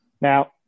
Now